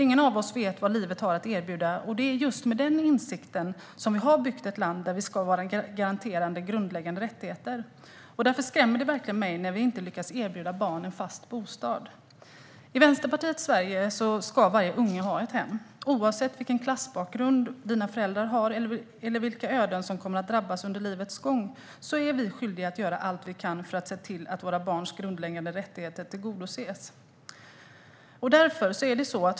Ingen av oss vet vad livet har att erbjuda, och det är just med den insikten som vi har byggt ett land där vi ska vara garanterade grundläggande rättigheter. Därför skrämmer det verkligen mig när vi inte lyckas erbjuda barn en fast bostad. I Vänsterpartiets Sverige ska varje unge ha ett eget hem. Oavsett vilken klassbakgrund dina föräldrar har eller vilka öden som kommer att drabba dig under livets gång är vi skyldiga att göra allt vi kan för att se till att våra barns grundläggande rättigheter tillgodoses.